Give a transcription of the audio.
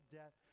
death